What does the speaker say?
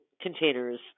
containers